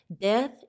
death